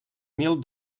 mil